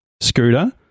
Scooter